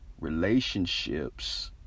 relationships